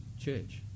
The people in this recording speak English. church